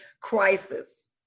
crisis